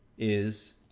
is,